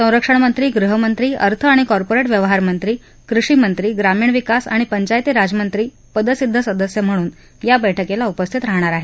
संरक्षणमंत्री गृहमंत्री अर्थ आणि कॉर्पोरेट व्यवहारमंत्री कृषीमंत्री ग्रामीण विकास आणि पंचायती राजमंत्री पदसिद्ध सदस्य म्हणून याबैठकीला उपस्थित राहणार आहेत